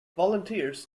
volunteers